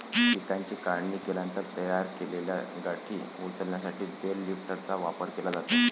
पिकाची काढणी केल्यानंतर तयार केलेल्या गाठी उचलण्यासाठी बेल लिफ्टरचा वापर केला जातो